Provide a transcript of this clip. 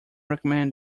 recommend